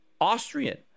Austrian